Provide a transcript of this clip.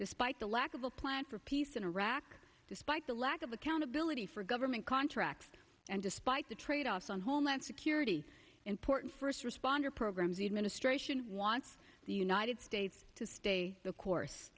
despite the lack of a plan for peace in iraq despite the lack of accountability for government contracts and despite the tradeoffs on homeland security important first responder programs ied ministration wants the united states to stay the course